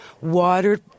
watered